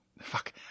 fuck